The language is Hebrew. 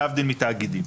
להבדיל מתאגידים.